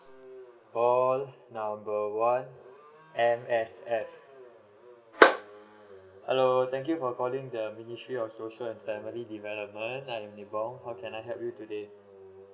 call number one M_S_F hello thank you for calling the ministry of social and family development I am how can I help you today